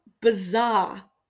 bizarre